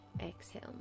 exhale